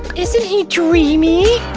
isn't he dreamy?